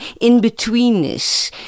in-betweenness